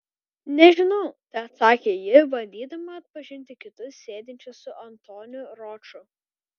nežinau teatsakė ji bandydama atpažinti kitus sėdinčius su antoniu roču